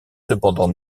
cependant